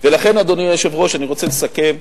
לכן, אדוני היושב-ראש, אני רוצה לסכם,